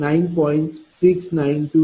692223